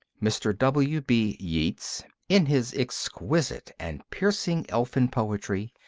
mr. w b yeats, in his exquisite and piercing elfin poetry,